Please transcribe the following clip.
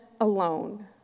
alone